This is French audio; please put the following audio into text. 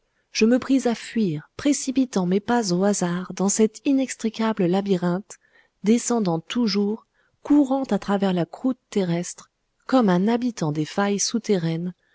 je me pris à fuir précipitant mes pas au hasard dans cet inextricable labyrinthe descendant toujours courant à travers la croûte terrestre comme un habitant des failles souterraines